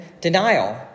denial